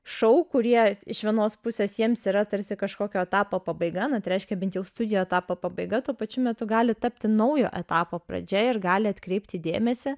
šou kurie iš vienos pusės jiems yra tarsi kažkokio etapo pabaiga na tai reiškia bent jau studijų etapo pabaiga tuo pačiu metu gali tapti naujo etapo pradžia ir gali atkreipti dėmesį